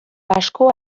asko